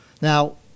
Now